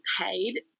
paid